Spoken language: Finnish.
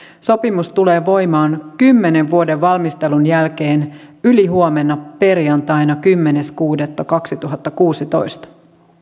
sopimus tulee voimaan kymmenen vuoden valmistelun jälkeen ylihuomenna perjantaina kymmenes kuudetta kaksituhattakuusitoista